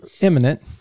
imminent